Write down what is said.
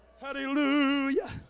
Hallelujah